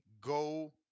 go